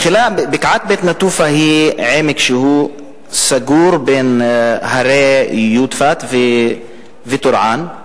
בקעת בית-נטופה היא עמק סגור בין הרי יודפת והרי טורעאן,